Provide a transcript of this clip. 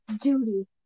Duty